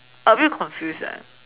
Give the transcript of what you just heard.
a bit confused ah